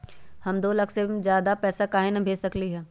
हम दो लाख से ज्यादा पैसा काहे न भेज सकली ह?